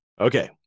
Okay